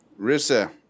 Rissa